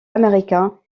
américain